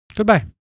Goodbye